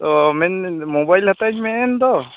ᱚᱸᱻ ᱢᱮᱱ ᱢᱳᱵᱟᱭᱤᱞ ᱦᱟᱛᱟᱣ ᱤᱧ ᱢᱮᱱᱮᱫ ᱫᱚ